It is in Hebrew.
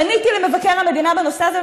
פניתי למבקר המדינה בנושא הזה,